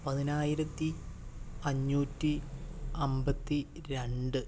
പതിനായിരത്തി അഞ്ഞൂറ്റി അൻപത്തി രണ്ട്